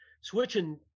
switching